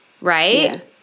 right